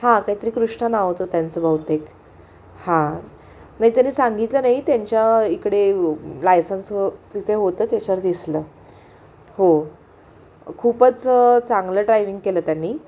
हां काहीतरी कृष्ण नाव होतं त्यांचं बहुतेक हां नाही त्यांनी सांगितलं नाही त्यांच्या इकडे लायसन्स व तिथे होतं त्याच्यावर दिसलं हो खूपच चांगलं ड्रायविंग केलं त्यांनी